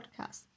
podcast